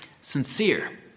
sincere